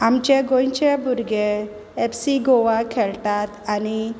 आमचे गोंयचे भुरगे एफ सी गोवाक खेळटात आनी